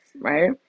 right